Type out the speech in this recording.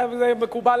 זה מקובל,